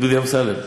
דודי אמסלם.